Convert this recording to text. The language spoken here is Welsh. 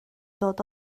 dod